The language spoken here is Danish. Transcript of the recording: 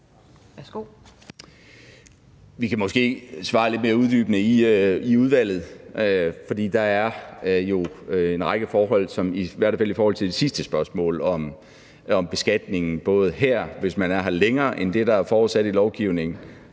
Bødskov): Vi kan måske svare lidt mere uddybende i udvalget, for der er jo en række forhold, i hvert fald med hensyn til det sidste spørgsmål om beskatningen, både hvis man er her længere end det, der er forudsat i lovgivningen,